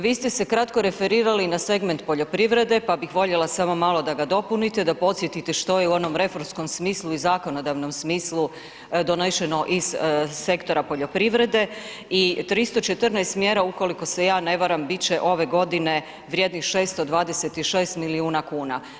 Vi ste se kratko referirali segment poljoprivrede, pa bi voljela samo malo da ga dopunite, da podsjetite što je u onom reformskom smislu i zakonodavnom smislu donešeno iz sektora poljoprivrede i 314 mjera ukoliko se ja ne varam, biti će ove godine vrijednih 626 milijuna kn.